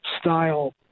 style